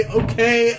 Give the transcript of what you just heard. okay